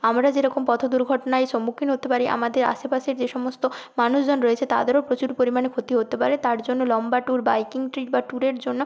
আমরা যেরকম পথ দুর্ঘটনায় সম্মুখীন হতে পারি আমাদের আশেপাশের যে সমস্ত মানুষজন রয়েছে তাদেরও প্রচুর পরিমাণে ক্ষতি হতে পারে তার জন্য লম্বা ট্যুর বাইকিং ট্রিট বা ট্যুরের জন্য